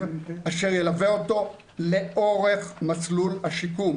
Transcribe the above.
אשר ילווה אותו לאורך מסלול השיקום,